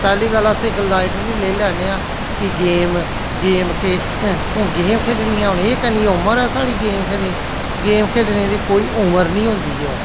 पैह्ली गल्ल असें इक लाइटली लेई लैन्ने आं कि गेम गेम केह् हून गेम खेढनी हून एह् करनी हून उमर ऐ साढ़ी गेम खेढनी दी गेम खेढने दी कोई उमर नी होंदी ऐ